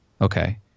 Okay